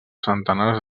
centenars